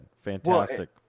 fantastic